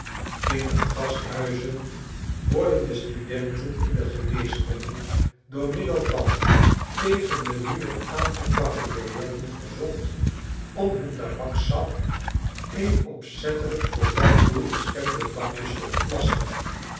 in de gasthuizen worden de studenten in de geneeskunde door middel van tegen den muur aangeplakte biljetten verzocht om hun tabaksap in opzettelijk voor datdoel bestemde bakjes te ontlasten